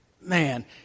Man